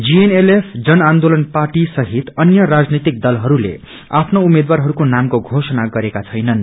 GNLF जन आन्दोलन party सहित अन्य राजनैतिक दलहरूले आफ्ना उम्मेद्वारहरूको नामको घोषणा गरेका छैनन्